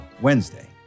Wednesday